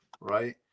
Right